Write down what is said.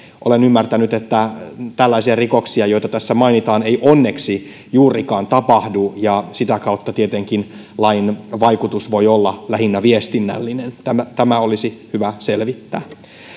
olen ymmärtänyt että tällaisia rikoksia joita tässä mainitaan ei onneksi juurikaan tapahdu ja sitä kautta tietenkin lain vaikutus voi olla lähinnä viestinnällinen tämä tämä olisi hyvä selvittää